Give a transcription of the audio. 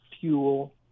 fuel